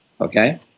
okay